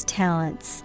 talents